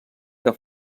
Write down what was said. que